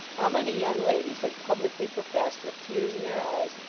how many young ladies had publicly professed, with tears in their eyes,